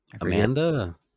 Amanda